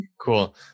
Cool